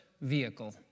vehicle